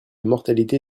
mortalité